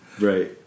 right